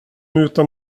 utan